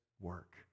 work